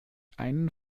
einen